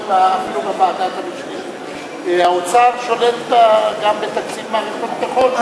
קודם כול אתה היום חבר פעיל מאוד בוועדת המשנה של תקציב הביטחון,